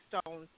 stones